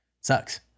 Sucks